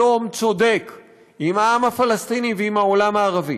שלום צודק עם העם הפלסטיני ועם העולם הערבי,